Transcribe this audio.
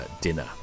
dinner